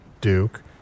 duke